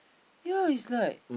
yea his like